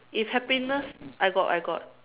if happiness I got I got